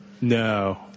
No